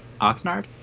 Oxnard